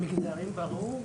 ברור.